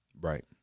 Right